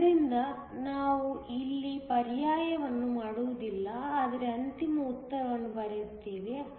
ಆದ್ದರಿಂದ ನಾವು ಇಲ್ಲಿ ಪರ್ಯಾಯವನ್ನು ಮಾಡುವುದಿಲ್ಲ ಆದರೆ ಅಂತಿಮ ಉತ್ತರವನ್ನು ಬರೆಯುತ್ತೇವೆ